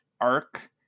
arc